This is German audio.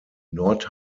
nord